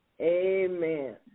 Amen